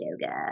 yoga